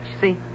see